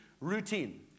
routine